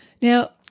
Now